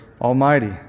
Almighty